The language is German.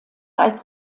als